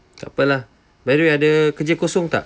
takpe lah by the way ada kerja kosong tak